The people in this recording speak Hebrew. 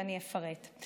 ואני אפרט: